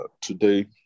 today